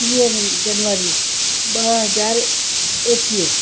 टीह जनवरी ॿ हज़ार एक्वीह